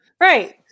Right